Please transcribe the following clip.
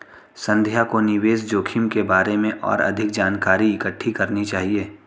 संध्या को निवेश जोखिम के बारे में और अधिक जानकारी इकट्ठी करनी चाहिए